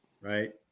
Right